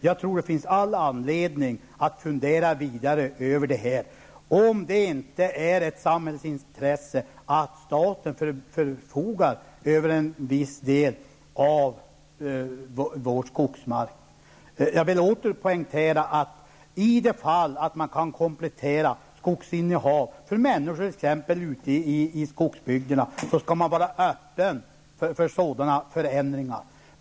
Jag tror att det finns all anledning att fundera vidare över det här, om det inte är ett samhällsintresse att staten förfogar över en viss del av vår skogsmark. Jag vill åter poängtera, att i det fall att man kan komplettera skogsinnehav, t.ex. för människor i skogsbygderna, skall man vara öppen för sådana förändringar.